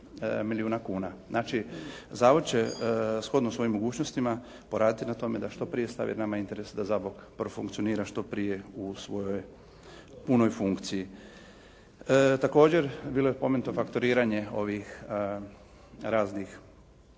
milijuna kuna. Znači, zavod će shodno svojim mogućnostima poraditi na tome da što prije stavi, jer nama je interes da Zabok profunkcionira što prije u svojoj punoj funkciji. Također, bilo je pomenuto fakturiranje ovih raznih